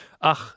ach